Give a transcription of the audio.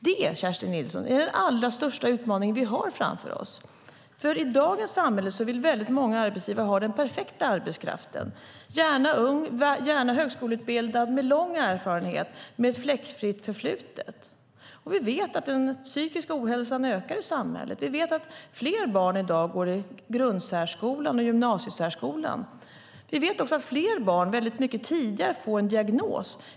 Det, Kerstin Nilsson, är den allra största utmaning som vi har framför oss, för i dagens samhälle vill många arbetsgivare ha den perfekta arbetskraften - gärna ung, gärna högskoleutbildad och med lång erfarenhet och ett fläckfritt förflutet. Vi vet att den psykiska ohälsan ökar i samhället. Vi vet att fler barn i dag går i grundsärskolan och i gymnasiesärskolan. Vi vet också att fler barn väldigt mycket tidigare får en diagnos.